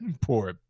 poor